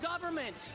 government